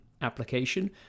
application